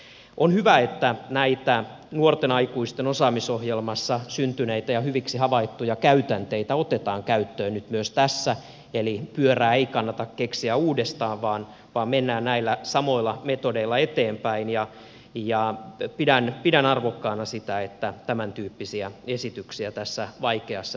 on hyvä että näitä nuorten aikuisten osaamisohjelmassa syntyneitä ja hyviksi havaittuja käytänteitä otetaan käyttöön nyt myös tässä eli pyörää ei kannata keksiä uudestaan vaan mennään näillä samoilla metodeilla eteenpäin ja pidän arvokkaana sitä että tämäntyyppisiä esityksiä tässä vaikeassa työllisyystilanteessa tehdään